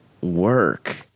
work